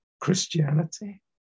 Christianity